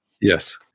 Yes